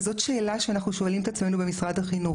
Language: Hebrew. וזאת שאלה שאנחנו שואלים את עצמו במשרד החינוך.